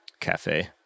cafe